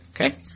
okay